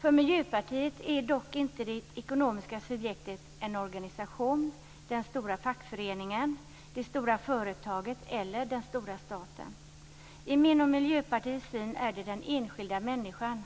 För Miljöpartiet är dock inte det ekonomiska subjektet en organisation, den stora fackföreningen, det stora företaget eller den stora staten. I min och Miljöpartiets syn är det den enskilde människan.